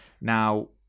Now